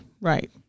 right